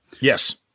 Yes